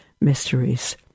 mysteries